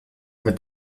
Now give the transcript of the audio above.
mit